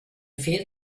fehlt